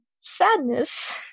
Sadness